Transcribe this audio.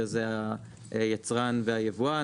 שזה היצרן והיבואן,